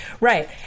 Right